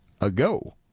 ago